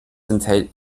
enthält